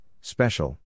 special